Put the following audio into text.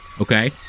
okay